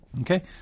Okay